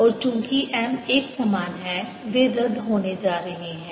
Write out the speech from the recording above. और चूंकि M एकसमान है वे रद्द होने जा रहे हैं